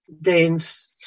Danes